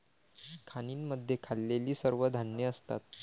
खाणींमध्ये खाल्लेली सर्व धान्ये असतात